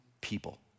people